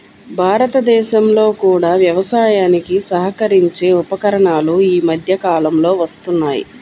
భారతదేశంలో కూడా వ్యవసాయానికి సహకరించే ఉపకరణాలు ఈ మధ్య కాలంలో వస్తున్నాయి